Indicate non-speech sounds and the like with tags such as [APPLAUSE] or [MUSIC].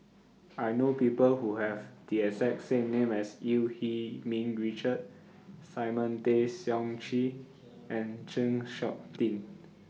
I know People Who Have The exact same name as EU Yee Ming Richard Simon Tay Seong Chee and Chng Seok Tin [NOISE]